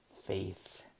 faith